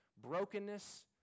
brokenness